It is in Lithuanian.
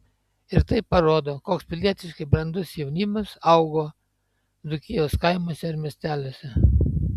ir tai parodo koks pilietiškai brandus jaunimas augo dzūkijos kaimuose ir miesteliuose